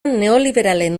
neoliberalen